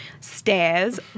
stairs